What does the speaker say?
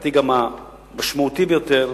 ולדעתי גם המשמעותי ביותר.